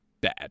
bad